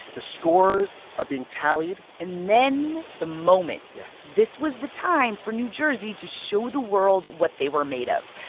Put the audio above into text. the scores are being tallied and then the moment yes this was the time for new jersey to show the world what they were made of.